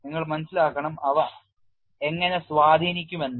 നിങ്ങൾ മനസ്സിലാക്കണം അവ എങ്ങനെ സ്വാധീനിക്കും എന്ന്